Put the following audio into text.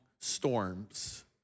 storms